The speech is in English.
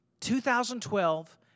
2012